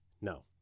No